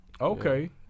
Okay